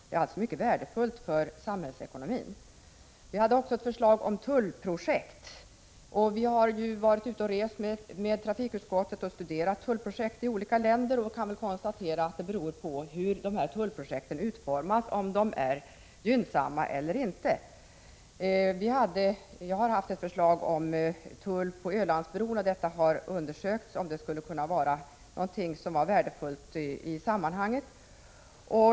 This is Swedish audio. Det är värdefullt för samhällsekonomin. Vi har också lagt fram förslag om eventuella tullprojekt. Vi har i trafikutskottet varit ute och rest och studerat tullprojekt i olika länder. Vi har då kunnat konstatera att det är tullprojektens utformning som avgör om de är gynnsamma eller inte. Vi väckte tidigare ett förslag om tull på Ölandsbron. Det har undersökts om det skulle kunna vara värdefullt i sammanhanget.